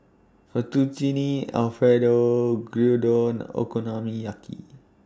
Fettuccine Alfredo Gyudon Okonomiyaki